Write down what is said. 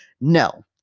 No